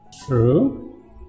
True